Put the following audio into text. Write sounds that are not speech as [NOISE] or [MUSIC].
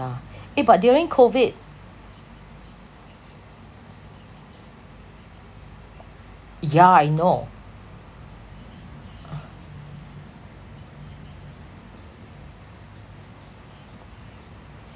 eh but during COVID yeah I know [NOISE]